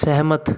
सहमत